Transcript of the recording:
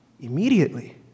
Immediately